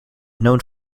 known